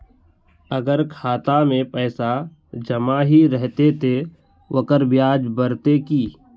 अगर खाता में पैसा जमा ही रहते ते ओकर ब्याज बढ़ते की?